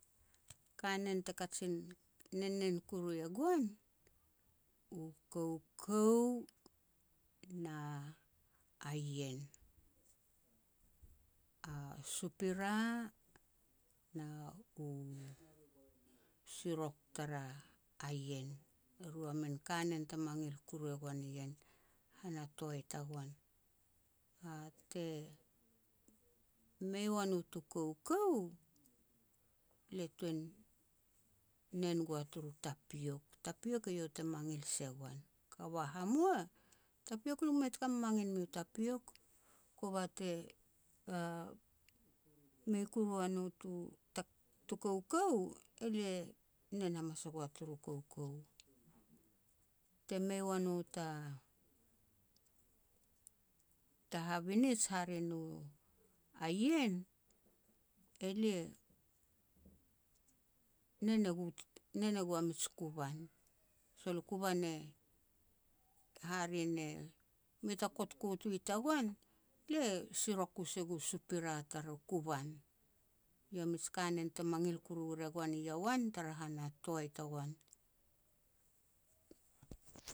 Kanen te kajin nen nen kuru e goan, u koukou na a ien, u supira na u sirok tara a ien. E ru a min kanen te mangil kuru e goan ien han a toai tagoan. Te mei kuru ua no tu koukou, lia tuan nen gua turu tapiok. Tapiok eiau te mangil se goan. Kava hamua, tapiok lia ku mei taka mamangil miu tapiok. Kova te mei kuru ua nu tu ta tu koukou, elia nen hamas a gua turu koukou. Te mei ua no ta-ta habinij, hare nu, a ien, elia nen e gu nen e gua mij kuban. Sol u kuban e hare ne mei ta kotkoot ui tagoan, lia sirok ku se gu supira taru kuban. Iau a mij kanen te mangil kuru re goan i iowan tara han a toai tagoan.